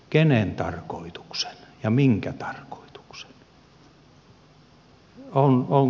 kenen tarkoituksen ja minkä tarkoituksen